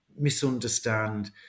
misunderstand